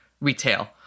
retail